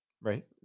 right